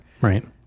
Right